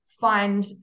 find